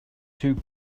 two